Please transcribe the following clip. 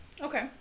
Okay